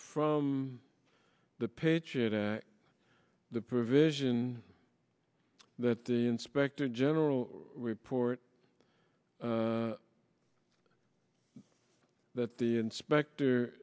from the patriot act the provision that the inspector general report that the inspector